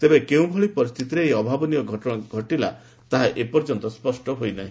ତେବେ କେଉଁଭଳି ପରିସ୍ଚିତିରେ ଏହି ଅଭାବନୀୟ ଘଟଣା ଘଟିଲା ତାହା ଏପର୍ଯ୍ୟନ୍ତ ସ୍ୱଷ୍କ ହୋଇ ନାହି